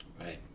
Right